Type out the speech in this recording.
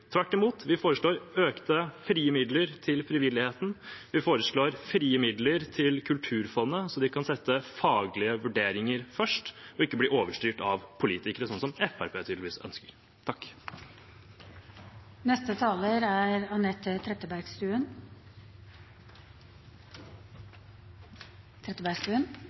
Tvert imot, vi foreslår økte frie midler til frivilligheten. Vi foreslår frie midler til Kulturfondet, så de kan sette faglige vurderinger først og ikke bli overstyrt av politikere, slik som Fremskrittspartiet tydeligvis ønsker.